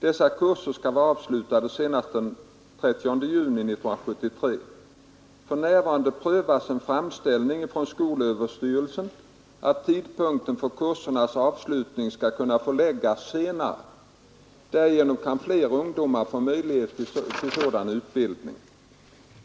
Dessa kurser skall vara avslutade senast den 30 juni 1973. För närvarande prövas en framställning från skolöverstyrelsen att tidpunkten för kursernas avslutning skall kunna förläggas senare. Därigenom kan fler ungdomar få möjlighet till sådan utbildning.